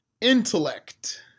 intellect